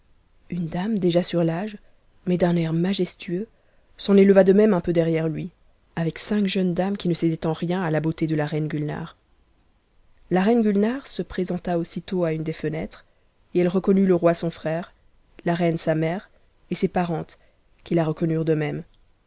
une dame déjà sur i'age mais d'un ait majestueux s'en é eva de un peu derrière lui avec cinq jeunes dames qui ne cédaient en ht beauté de la reine gulnare la reiue guinare ss présenta aussitôt à une des tenétt'es et ci connut le roi son u'ère la reine sa mère et ses parentes qui la e